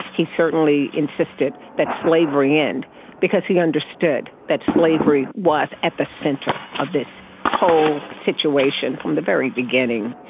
he certainly insisted that slavery end because he understood that slavery was at the centre of this whole situation from the very beginning.